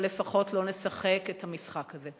אבל לפחות לא נשחק את המשחק הזה.